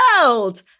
world